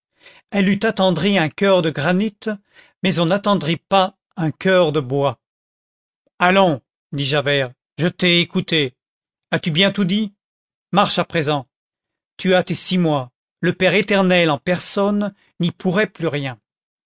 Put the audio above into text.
elle eût attendri un coeur de granit mais on n'attendrit pas un coeur de bois allons dit javert je t'ai écoutée as-tu bien tout dit marche à présent tu as tes six mois le père éternel en personne n'y pourrait plus rien